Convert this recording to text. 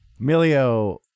Milio